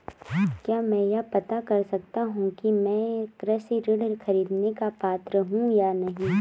क्या मैं यह पता कर सकता हूँ कि मैं कृषि ऋण ख़रीदने का पात्र हूँ या नहीं?